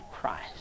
christ